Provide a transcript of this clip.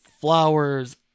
flowers